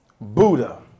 Buddha